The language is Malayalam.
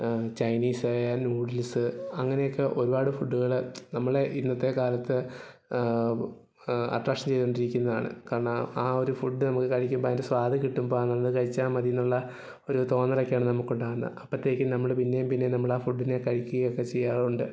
ചൈനീസായാൽ നൂഡിൽസ് അങ്ങനെ ഒക്കെ ഒരുപാട് ഫുഡുകള് നമ്മുടെ ഇന്നത്തെ കാലത്ത് അട്ട്രാക്ഷൻ ചെയ്തുകൊണ്ടിരിക്കുന്നതാണ് കാരണം ആ ഒരു ഫുഡ് നമുക്ക് കഴിക്കുമ്പോൾ അതിൻ്റെ സ്വാദ് കിട്ടുമ്പം അങ്ങനത്തെ കഴിച്ചാൽ മതി എന്നുള്ള ഒരു തോന്നലൊക്കെ ഉണ്ട് നമുക്കുണ്ടാകുന്നത് അപ്പോഴത്തേക്കും നമ്മള് പിന്നേയും പിന്നേയും നമ്മൾ ആ ഫുഡിനെ കഴിക്കുകയും ഒക്കെ ചെയ്യാറുണ്ട്